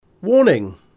Warning